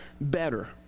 better